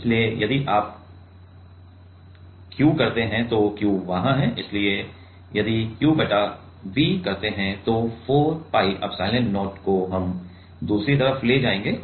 इसलिए यदि आप Q करते हैं तो Q वहां है इसलिए यदि आप Q बटा V करते हैं तो 4 pi एप्सिलॉन0 को हम दूसरी तरफ ले जाएंगे